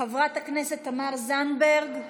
חברת הכנסת תמר זנדברג,